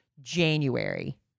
January